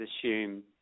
assume